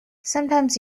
sometimes